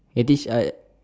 headish eye